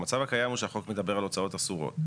המצב הקיים הוא שהחוק מדבר על הוצאות אסורות.